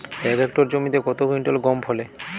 এক হেক্টর জমিতে কত কুইন্টাল গম ফলে?